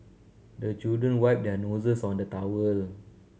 the children wipe their noses on the towel